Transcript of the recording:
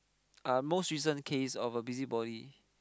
uh most recent case of a busybody